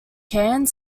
canned